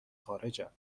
خارجن